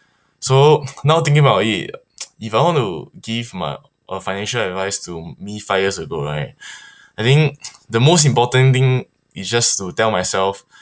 so now thinking about it if I want to give my uh financial advice to me five years ago right I think the most important thing is just to tell myself